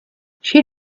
she